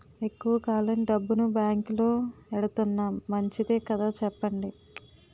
ఎక్కువ కాలం డబ్బును బాంకులో ఎడతన్నాం మంచిదే కదా చెప్పండి